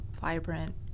vibrant